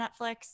Netflix